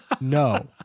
No